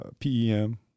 PEM